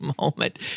moment